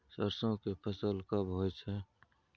सरसो के फसल कब होय छै?